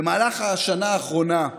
במהלך השנה האחרונה,